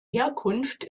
herkunft